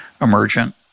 emergent